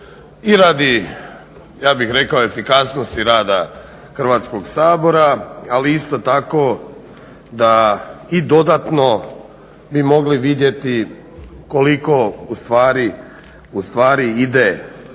i radi ja bih rekao efikasnosti rada Hrvatskog sabora, ali isto tako da i dodatno bi mogli vidjeti koliko ustvari ide